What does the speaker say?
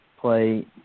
play